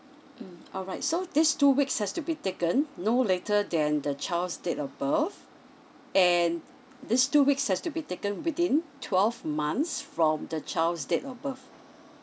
mm alright so these two weeks have to be taken no later than the child's date of birth and these two weeks have to be taken within twelve months from the child's date of birth